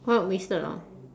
quite wasted orh